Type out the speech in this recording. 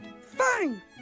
Fine